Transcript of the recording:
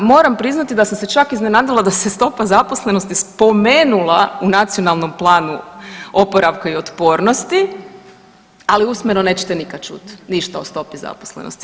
Na, moram priznati da sam se čak iznenadila da se stopa zaposlenosti spomenula u Nacionalnom planu oporavka i otpornosti, ali usmeno nećete nikad čuti ništa o stopi zaposlenosti.